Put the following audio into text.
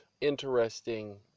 interesting